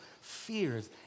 fears